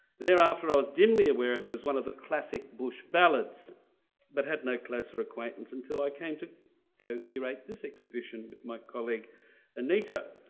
thereafter i was dimly aware of it as one of the classic bush ballads but had no closer acquaintance until i came to co-curate this exhibition with my colleague anita.